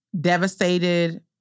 devastated